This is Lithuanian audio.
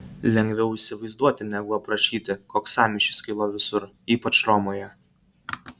lengviau įsivaizduoti negu aprašyti koks sąmyšis kilo visur ypač romoje